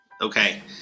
okay